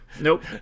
Nope